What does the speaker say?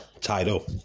title